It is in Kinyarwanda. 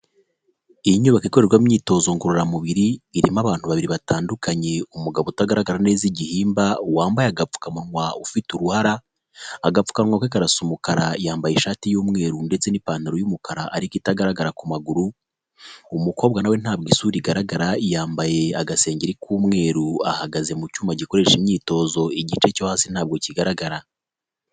Iyi nyubako ikorwa imyitozo ngororamubiri irimo abantu babiri batandukanye, umugabo utagaragara neza igihimba, wambaye agapfukamunwa ufite uruhara, agapfukamunwa ke karasa umukara, yambaye ishati y'umweru ndetse n'ipantaro y'umukara ariko itagaragara ku maguru, umukobwa nawe ntabwo isura igaragara, yambaye agasenge k'umweru ahagaze mu cyuma gikoresha imyitozo, igice cyo hasi ntabwo kigaragara.